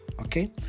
okay